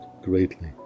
greatly